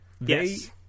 Yes